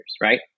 right